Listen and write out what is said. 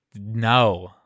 no